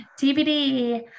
TBD